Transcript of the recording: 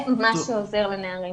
זה מה שעוזר לנערים.